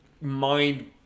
mind